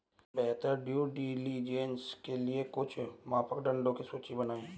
बेहतर due diligence के लिए कुछ मापदंडों की सूची बनाएं?